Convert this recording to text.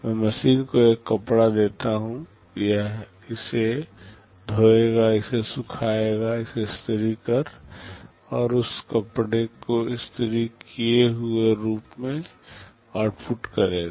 मैं मशीन को एक कपड़ा देता हूं यह इसे धोएगा इसे सुखाएगा इसे इस्त्री कर और उस कपड़े को इस्त्री किये हुए रूप में आउटपुट करेगा